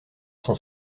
son